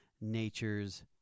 nature's